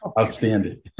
outstanding